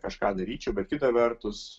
kažką daryčiau bet kita vertus